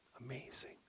amazing